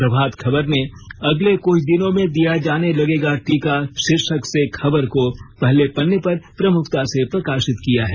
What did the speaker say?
प्रभात खबर ने अगले क्छ दिनों में दिया जाने लगेगा टीका शीर्षक से खबर को पहले पन्ने पर प्रमुखता से प्रकाशित किया है